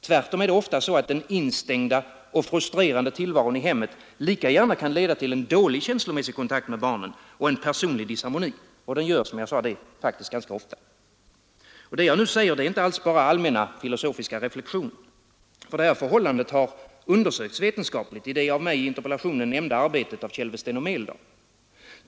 Tvärtom är det ofta så att den instängda och frustrerande tillvaron i hemmet lika gärna kan leda till en dålig känslomässig kontakt med barnen och en personlig disharmoni, och den gör det, som jag sade, faktiskt ganska ofta. Det jag nu säger är inte alls bara allmänna filosofiska reflexioner. Förhållandet har undersökts vetenskapligt i det av mig i interpellationen nämnda arbetet av Kälvesten och Meldahl.